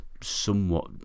somewhat